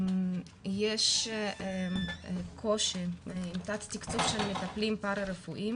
יש קושי עם תת תקצוב של מטפלים פרא רפואיים